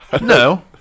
No